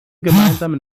gemeinsamen